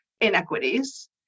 inequities